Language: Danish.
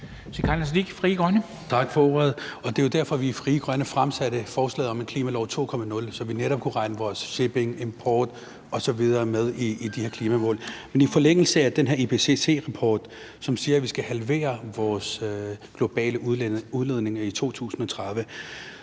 Tak for ordet. Det er jo derfor, at vi i Frie Grønne fremsatte forslaget om en klimalov 2.0, så vi netop kunne regne vores shippingimport osv. med i de her klimamål. Men i forlængelse af den her IPCC-rapport, som siger, at vi skal halvere vores globale udledninger i 2030,